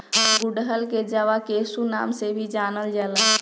गुड़हल के जवाकुसुम नाम से भी जानल जाला